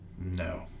No